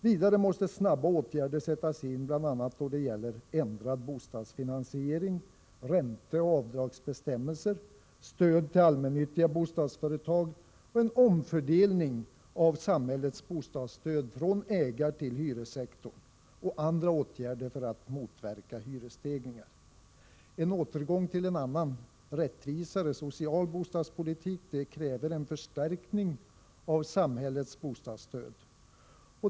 Vidare måste snara åtgärder sättas in då det gäller ändrad bostadsfinansiering, ränteoch avdragsbestämmelser, stöd till allmännyttiga bostadsföre tag, omfördelning av samhällets bostadsstöd från ägartill hyressektorn liksom andra åtgärder för att motverka hyresstegringar. En återgång till en annan, rättvisare social bostadspolitik kräver en förstärkning av samhällets bostadsstöd.